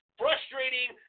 frustrating